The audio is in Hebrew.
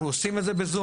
אנחנו עושים את זה בזום,